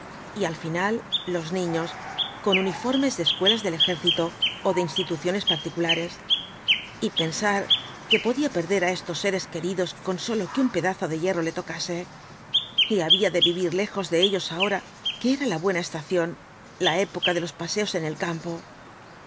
y al final los niños con uniformes de escuelas del ejército ó de instituciones particulares y pensar que podía perder á estos seres queridos con sólo que un pedazo de hierro le tocase y había de vivir lejos de ellos ahora que era la buena estación la época de los paseos en el campo